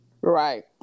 Right